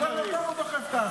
בכל דבר הוא דוחף את האף שלו.